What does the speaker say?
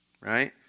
right